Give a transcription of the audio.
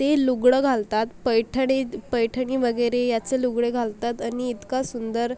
ते लुगडं घालतात पैठणी पैठणी वगैरे याचं लुगडे घालतात आणि इतका सुंदर